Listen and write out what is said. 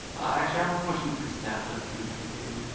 actually have a question for staff about this impact statement.